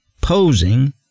posing